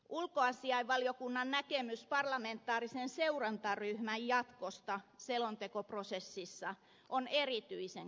ulkoasiainvaliokunnan näkemys parlamentaarisen seurantaryhmän jatkosta selontekoprosessissa on erityi sen kannatettava